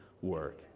work